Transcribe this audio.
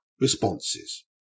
responses